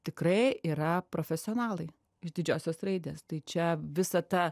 tikrai yra profesionalai iš didžiosios raidės tai čia visa ta